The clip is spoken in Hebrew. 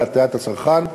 להטעיית הצרכן,